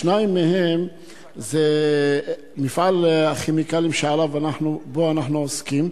שניים הם מפעל הכימיקלים שבו אנחנו עוסקים.